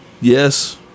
Yes